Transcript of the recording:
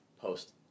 post